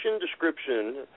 description